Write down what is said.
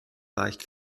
reicht